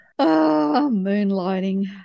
moonlighting